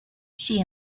she